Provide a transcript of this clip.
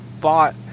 bought